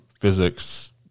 physics